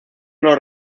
los